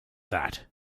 that